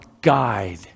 guide